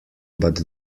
but